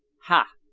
ha!